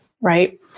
Right